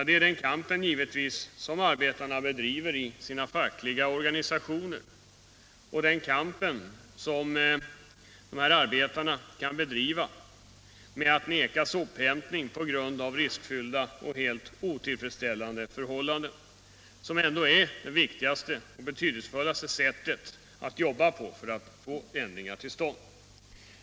Det är den kamp som arbetarna bedriver i sina fackliga organisationer och genom att vägra sophämtning på grund av riskfyllda och helt otillfredsställande förhållanden som är det viktigaste och betydelsefullaste sättet att arbeta på för att få ändringar till stånd.